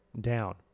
down